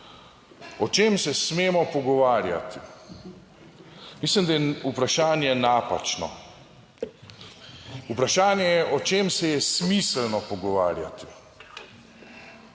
o čem se smemo pogovarjati. Mislim, da je vprašanje napačno. Vprašanje je, o čem se je smiselno pogovarjati.